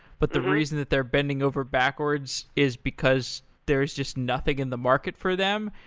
but the reason that they're bending over backwards is because there is just nothing in the market for them,